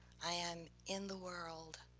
i am in the world.